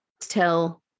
tell